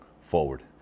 forward